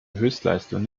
höchstleistung